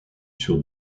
sur